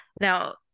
Now